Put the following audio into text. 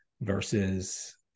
versus